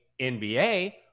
NBA